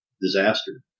disaster